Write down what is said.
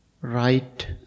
right